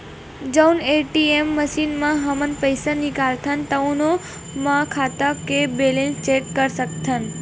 जउन ATM machine म हमन पइसा निकालथन तउनो म खाता के बेलेंस चेक कर सकत हन